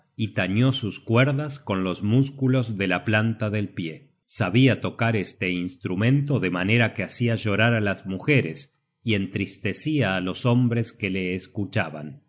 y tañó sus cuerdas con los músculos de la planta del pie sabia tocar este instrumento de manera que hacia llorar á las mujeres y entristecia á los hombres que le escuchaban